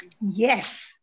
Yes